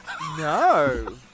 No